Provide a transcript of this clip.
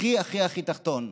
הכי הכי תחתון,